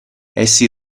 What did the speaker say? essi